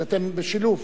אז אתם בשילוב?